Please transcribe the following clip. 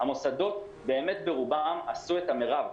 המוסדות באמת ברובם עשו את המרב,